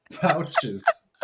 pouches